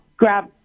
Grab